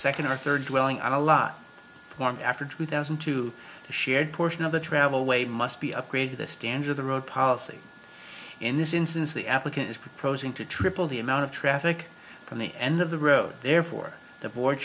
second or third wailing on a lot more after two thousand and two the shared portion of the travel way must be upgraded the standard of the road policy in this instance the applicant is proposing to triple the amount of traffic from the end of the road therefore the board